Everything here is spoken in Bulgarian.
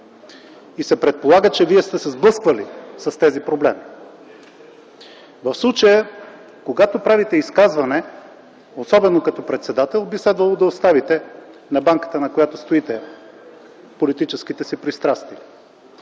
и се предполага, че Вие сте се сблъсквали с тези проблеми. В случая, когато правите изказване, особено като председател, би следвало да оставите на банката, на която стоите, политическите си пристрастия